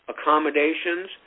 accommodations